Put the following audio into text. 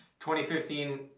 2015